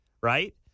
right